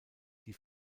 die